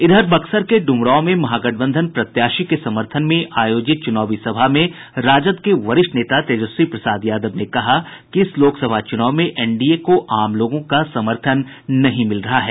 इधर बक्सर के डुमरांव में महागठबंधन प्रत्याशी के समर्थन में आयोजित चुनावी सभा में राष्ट्रीय जनता दल के वरिष्ठ नेता तेजस्वी प्रसाद यादव ने कहा है कि इस लोकसभा चुनाव में एनडीए को आम लोगों का समर्थन नहीं मिल रहा है